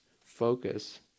focus